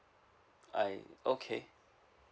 I okay